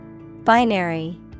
Binary